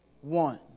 one